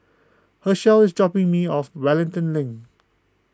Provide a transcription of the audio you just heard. Hershel is dropping me off Wellington Link